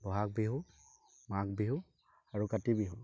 বহাগ বিহু মাঘ বিহু আৰু কাতি বিহু